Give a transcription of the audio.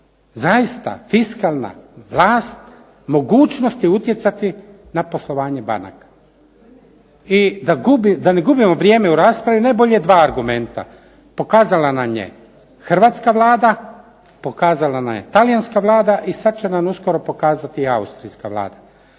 zaista fiskalna vlast mogućnosti utjecati na poslovanje banaka. I da ne gubimo vrijeme u raspravi najbolje dva argumenta. Pokazala nam je hrvatska Vlada, pokazala nam je talijanska Vlada i sad će nam uskoro pokazati i austrijska Vlada.